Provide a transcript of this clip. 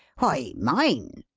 why, mine.